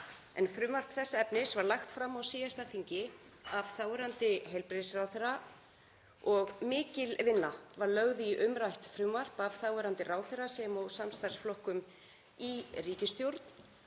en frumvarp þess efnis var lagt fram á síðasta þingi af þáverandi heilbrigðisráðherra og mikil vinna var lögð í fyrrnefnt frumvarp af þáverandi ráðherra sem og samstarfsflokkum í ríkisstjórn.